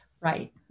Right